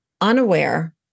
unaware